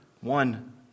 one